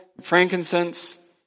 frankincense